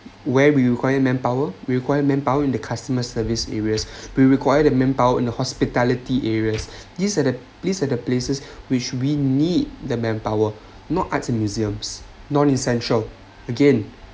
where we require manpower required manpower in the customer service areas we required the manpower in the hospitality areas these are the these are the places which we need the manpower not art and museums non-essential again